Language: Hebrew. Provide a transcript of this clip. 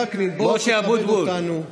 השר וקנין, בוא תכבד אותנו.